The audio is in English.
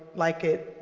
like it.